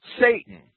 Satan